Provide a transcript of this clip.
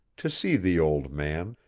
to see the old man,